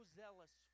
zealous